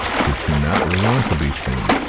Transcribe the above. did she not want to be seen?